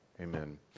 Amen